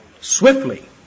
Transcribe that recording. swiftly